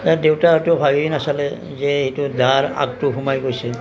পিছত দেউতাহঁতেও ভাবি নাচালে যে এইটো দাৰ আগটো সোমাই গৈছে